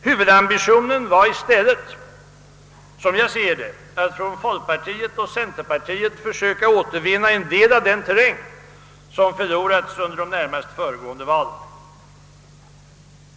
Huvudambitionen var i stället — som jag ser det — att från folkpartiet och centerpartiet försöka återvinna en del av den terräng som förlorats under de närmast föregående valen.